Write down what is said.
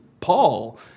Paul